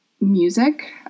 music